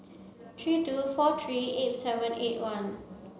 three two four three eight seven eight one